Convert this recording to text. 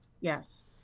Yes